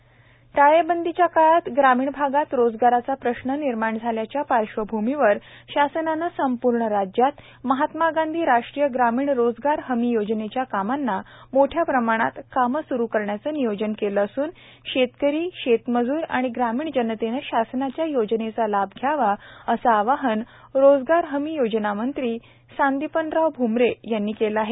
रोजगार हमी योजना माहिती कार्यालय टाळेबंदीच्या काळात ग्रामीण भागात रोजगाराचा प्रश्न निर्माण झाल्याच्या पार्श्वभूमीवर शासनाने संपूर्ण राज्यात महात्मा गांधी राष्ट्रीय ग्रामीण रोजगार हमी योजनेच्या कामांना मोठ्या प्रमाणात कामे स्रू करण्याचे नियोजन केले असून शेतकरी शेतमजूर व ग्रामीण जनतेने शासनाच्या योजनेचा लाभ घ्यावा असे आवाहन रोजगार हमी योजना मंत्री संदिपानराव भ्मरे यांनी केले आहे